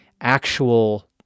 actual